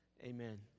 Amen